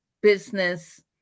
business